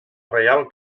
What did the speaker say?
reial